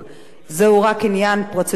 זהו רק עניין פרוצדורלי,